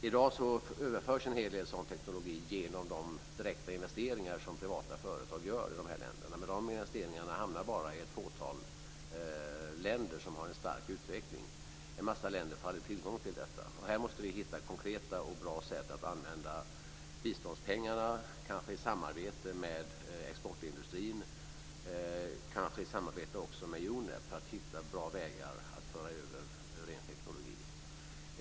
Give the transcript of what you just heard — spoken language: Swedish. I dag överförs en hel del sådan teknologi genom de direkta investeringar som privata företag gör i de här länderna. Men de investeringarna hamnar bara i ett fåtal länder, som har en stark utveckling. En stor mängd länder får aldrig tillgång till detta. Här måste vi hitta konkreta och bra sätt att använda biståndspengarna, kanske i samarbete med exportindustrin, kanske också i samarbete med UNEP, så att vi hittar bra vägar för att föra över ren teknologi.